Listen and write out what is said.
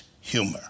humor